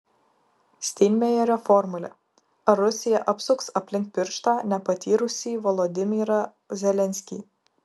steinmeierio formulė ar rusija apsuks aplink pirštą nepatyrusį volodymyrą zelenskį